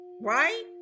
Right